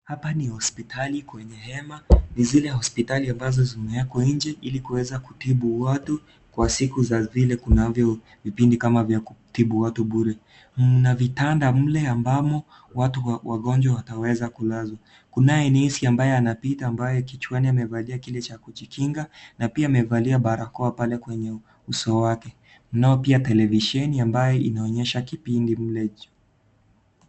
Hapa ni hospitali kwenye hema ni zile hospitali ambazo zimewekwa nje ili kuweza kutibu watu kwa siku za vile kunavyo vipindi kama vya kutibu watu bure. Mna vitanda mle ambamo watu wagonjwa wataweza kulazwa, kunaye nesi ambaye anapita ambaye kichwani amevalia kile cha kujikinga na pia amevalia barakoa pale kwenye uso wake. Mnao pia televisheni ambaye inayoonyesha kipindi mle.